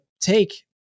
take